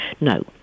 No